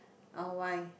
uh why